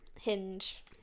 Hinge